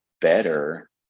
better